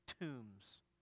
tombs